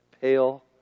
pale